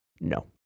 No